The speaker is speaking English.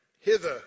Hither